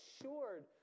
assured